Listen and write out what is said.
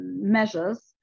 measures